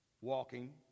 walking